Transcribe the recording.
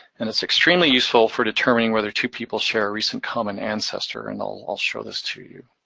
and it's extremely useful for determining whether two people share a recent common ancestor, and i'll show this to you.